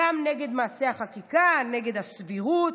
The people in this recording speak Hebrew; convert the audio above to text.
גם נגד מעשה החקיקה, נגד הסבירות,